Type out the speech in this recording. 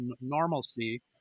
normalcy